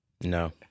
No